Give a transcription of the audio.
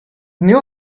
new